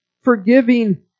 forgiving